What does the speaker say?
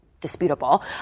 disputable